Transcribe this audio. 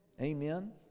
Amen